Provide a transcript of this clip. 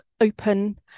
Open